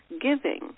giving